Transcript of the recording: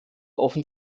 offen